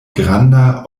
granda